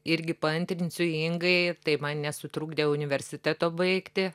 irgi paantrinsiu ingai tai man nesutrukdė universiteto baigti